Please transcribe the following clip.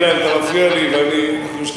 אילן, אתה מפריע לי, אני מציע